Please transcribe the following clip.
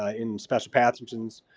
ah in special pathogens,